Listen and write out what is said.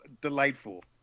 delightful